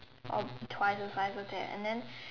or twice the size of that and then